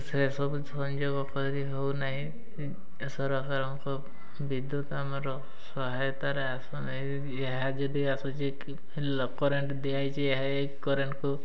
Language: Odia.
ସେସବୁ ସଂଯୋଗ କରିହଉନାହିଁ ସରକାରଙ୍କ ବିଦ୍ୟୁତ ଆମର ସହାୟତାରେ ଆସୁନାହିଁ ଏହା ଯଦି ଆସୁଛି କରେଣ୍ଟ ଦିଆହେଇଛି ଏହା ଏଇ କରେଣ୍ଟକୁ